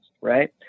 right